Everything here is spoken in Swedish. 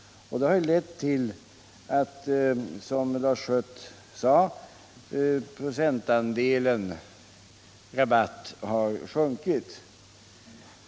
Det har lett till, som Lars Schött sade, att rabattens procentuella andel av priset har sjunkit.